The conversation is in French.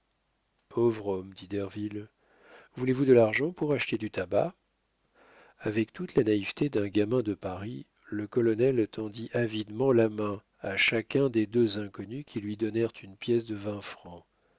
pauvre homme dit derville voulez-vous de l'argent pour acheter du tabac avec toute la naïveté d'un gamin de paris le colonel tendit avidement la main à chacun des deux inconnus qui lui donnèrent une pièce de vingt francs